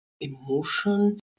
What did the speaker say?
emotion